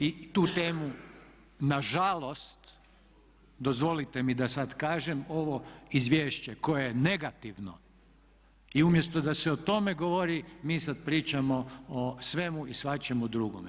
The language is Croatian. I tu temu na žalost, dozvolite mi da sad kažem ovo izvješće koje je negativno i umjesto da se o tome govori, mi sad pričamo o svemu i svačemu drugome.